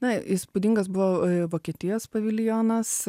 na įspūdingas buvo vokietijos paviljonas